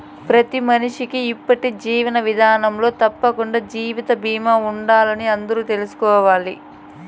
ప్రతి మనిషికీ ఇప్పటి జీవన విదానంలో తప్పకండా జీవిత బీమా ఉండాలని అందరూ తెల్సుకోవాలి